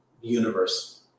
universe